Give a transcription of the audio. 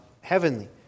heavenly